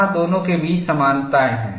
वहाँ दोनों के बीच समानताएं हैं